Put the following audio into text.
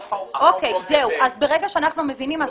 אז ברגע שאנחנו מבינים,